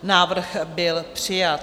Návrh byl přijat.